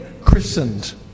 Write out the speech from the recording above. christened